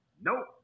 Nope